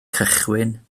cychwyn